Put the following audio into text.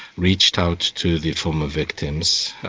reached out to the former victims,